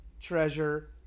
treasure